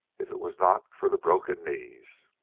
if it was not for the broken knees.